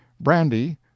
brandy